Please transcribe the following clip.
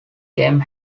game